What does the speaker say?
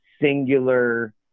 singular